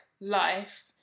life